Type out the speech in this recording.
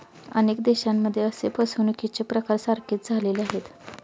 अनेक देशांमध्ये असे फसवणुकीचे प्रकार सारखेच झाले आहेत